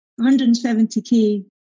170k